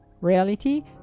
reality